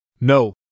No